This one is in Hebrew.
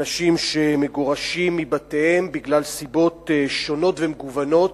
אנשים שמגורשים מבתיהם בגלל סיבות שונות ומגוונות,